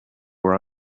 were